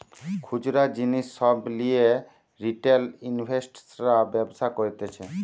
খুচরা জিনিস সব লিয়ে রিটেল ইনভেস্টর্সরা ব্যবসা করতিছে